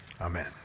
Amen